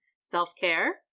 self-care